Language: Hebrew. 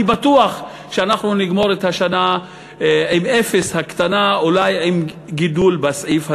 אני בטוח שאנחנו נגמור את השנה עם אפס הקטנה ואולי עם גידול בסעיף הזה.